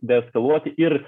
deeskaluoti ir